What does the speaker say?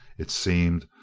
it seemed,